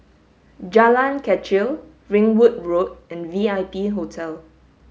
Jalan Kechil Ringwood Road and V I P Hotel